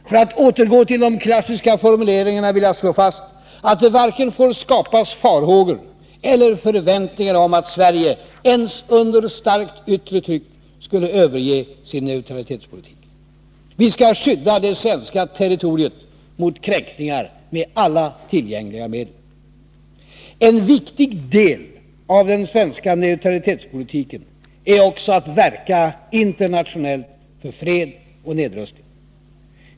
För att återgå till de klassiska formuleringarna vill jag slå fast att det varken får skapas farhågor för eller förväntningar om att Sverige ens under starkt yttre tryck skulle överge sin neutralitetspolitik. Vi skall skydda det svenska territoriet mot kränkningar med alla tillgängliga medel. En viktig del av den svenska neutralitetspolitiken är också att verka internationellt för fred och nedrustning.